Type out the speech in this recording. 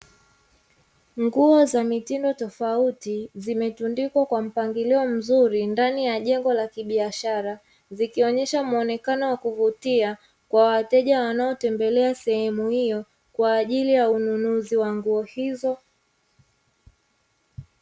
Nguo za mitindo tofauti zimetundikwa kwa mpangilio mzuri ndani ya jengo la kibiashara zikionyesha muonekano wa kuvutia kwa wateja wanaotembelea sehemu hiyo kwa ajili ya ununuzi wa nguo hizo.